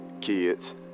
kids